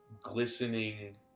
glistening